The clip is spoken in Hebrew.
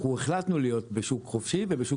אנחנו החלטנו להיות בשוק חופשי ובשוק